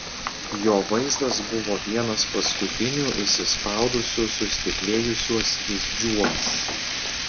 jo vaizdas buvo vienas paskutinių įsispaudusių sustiklėjusiuos vyzdžiuos